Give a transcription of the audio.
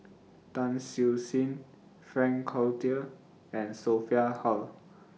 Tan Siew Sin Frank Cloutier and Sophia Hull